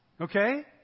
okay